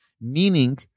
Meaning